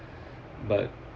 but